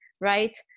right